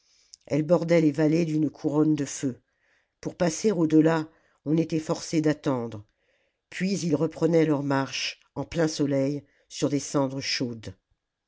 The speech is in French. elles bordaient les vallées d'une couronne de feux pour passer au delà on était forcé d'attendre puis ils reprenaient leur marche en plein soleil sur des cendres chaudes